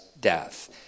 death